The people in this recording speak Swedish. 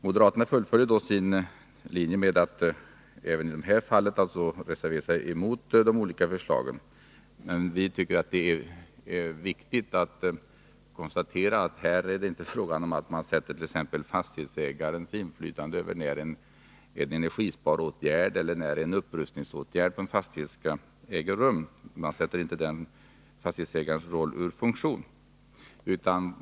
Moderaterna fullföljer sin linje med att även i detta fall reservera sig mot de olika förslagen. Vi tycker att det är viktigt att konstatera att det här inte är fråga om attt.ex. fastighetsägarens inflytande över när en energisparåtgärd eller när en upprustningsåtgärd för en fastighet skall äga rum skall sättas ur funktion.